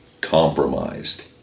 compromised